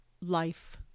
life